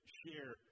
share